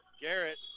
Garrett